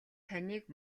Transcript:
таныг